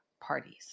parties